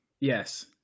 Yes